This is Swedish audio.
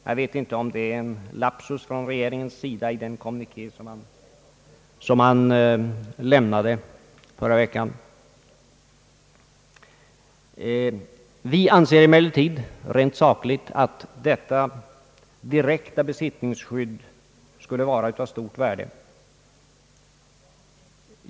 Möjligen var det en ren lapsus från regeringens sida att man ej nämnde detta i den kommuniké som lämnades i förra veckan. Vi anser emellertid rent sakligt att detta direkta besittningsskydd skulle vara av stort värde.